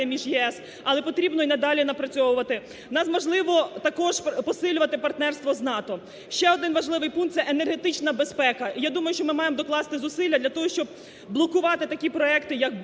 між ЄС. Але потрібно і надалі напрацьовувати. Можливо, також посилювати партнерство з НАТО. Ще один важливий пункт. Це енергетична безпека. Я думаю, що ми маємо докласти зусилля для того, щоб блокувати такі проекти, як